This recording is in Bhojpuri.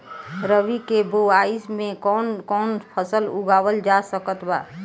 रबी के बोआई मे कौन कौन फसल उगावल जा सकत बा?